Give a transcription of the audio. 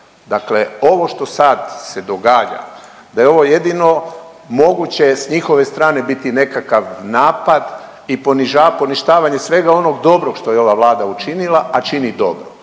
Dakle, ovo što sada se događa da je ovo jedino moguće s njihove strane biti nekakav napad i poništavanje svega onog dobrog što je ova Vlada učinila a čini dobro.